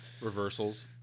reversals